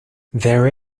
there